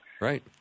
Right